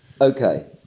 Okay